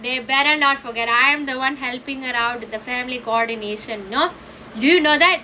they better not forget I'm helping out the family coordination no do you know that